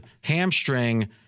hamstring